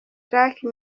jacky